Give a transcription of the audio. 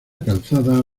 calzada